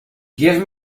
give